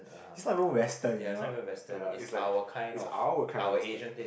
is not even western you know ya is like is our kind of western